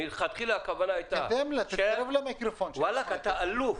תבוא ותגיד שברפורמה כוונת